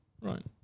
Right